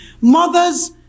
Mothers